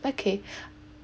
okay